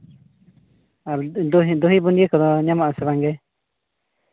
ᱫᱚᱦᱤ ᱫᱚᱦᱤ ᱵᱩᱱᱫᱽᱭᱟᱹ ᱠᱚᱫᱚ ᱧᱟᱢᱚᱜ ᱟᱥᱮ ᱵᱟᱝᱜᱮ